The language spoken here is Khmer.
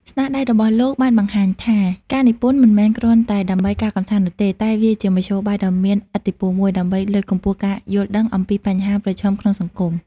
ស្នាដៃរបស់លោកបានបង្ហាញថា ការនិពន្ធមិនមែនគ្រាន់តែដើម្បីការកម្សាន្តនោះទេ តែវាជាមធ្យោបាយដ៏មានឥទ្ធិពលមួយដើម្បីលើកកម្ពស់ការយល់ដឹងអំពីបញ្ហាប្រឈមក្នុងសង្គម។